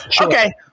Okay